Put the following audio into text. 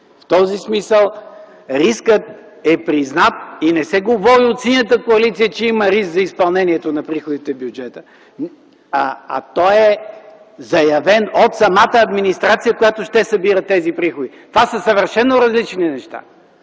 В този смисъл рискът е признат и не се говори от Синята коалиция, че има риск за изпълнението на приходите в бюджета, а той е заявен от самата администрация, която ще събира тези приходи. Това са съвършено различни неща.